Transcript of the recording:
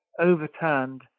overturned